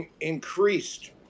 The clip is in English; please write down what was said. increased